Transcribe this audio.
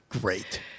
Great